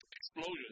explosion